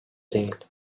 değil